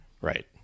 Right